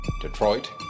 Detroit